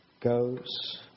goes